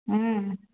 ହୁଁ